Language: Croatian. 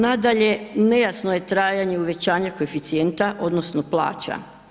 Nadalje, nejasno je trajanje uvećanja koeficijenta odnosno plaća.